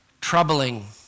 troubling